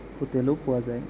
হোটেলো পোৱা যায়